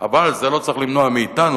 אבל זה לא צריך למנוע מאתנו,